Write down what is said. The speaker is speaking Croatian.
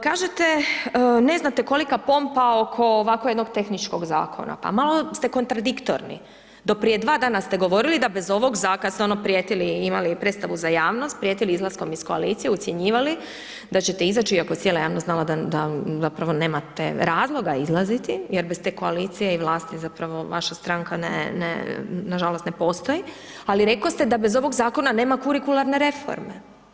Kažete, ne znate kolika pompa oko ovako jednog tehničkog zakona, pa malo ste kontradiktorni, di prije 2 dana ste govorili da bez ovog zakona, kada ste ono prijetili i imali predstavu za javnost, prijetili izlaskom iz koalicije, ucjenjivali da ćete izaći, iako je cijela javnost znala da zapravo nemate razloga izlaziti, jer bez te koalicije i vlasti, zapravo vaša stranka ne nažalost ne postoji, ali rekli ste da bez ovog zakona nema kurikularne reforme.